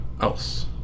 else